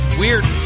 weird